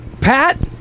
Pat